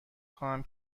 خواهم